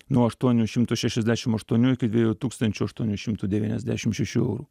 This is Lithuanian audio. nuo aštuonių šimtų šešiasdešim aštuonių iki dviejų tūkstančių aštuonių šimtų devyniasdešim šešių eurų